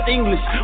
English